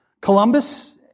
Columbus